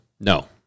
no